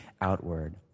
outward